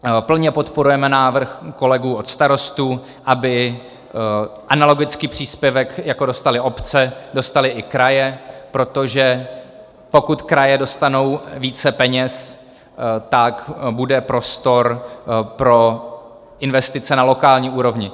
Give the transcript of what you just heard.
A plně podporujeme návrh kolegů od Starostů, aby analogicky příspěvek, jako dostaly obce, dostaly i kraje, protože pokud kraje dostanou více peněz, tak bude prostor pro investice na lokální úrovni.